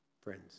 friends